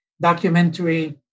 documentary